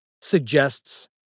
suggests